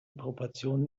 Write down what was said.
proportionen